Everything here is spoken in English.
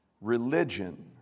Religion